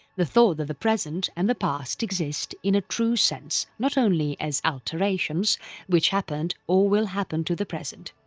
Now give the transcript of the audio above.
the thought that the present and the past exist in a true sense not only as alterations which happened or will happen to the present.